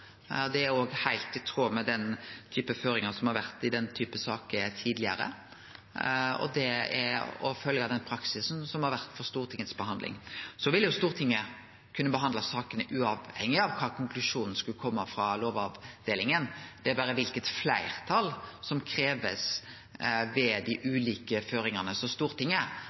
Det er òg heilt i tråd med den typen føringar som har vore i denne typen saker tidlegare, og det er å følgje praksisen som har vore for Stortingets behandling. Stortinget vil kunne behandle sakene uavhengig av kva konklusjon som skulle kome frå Lovavdelinga. Den gjeld berre kva slags fleirtal som krevst ved dei ulike føringane. Stortinget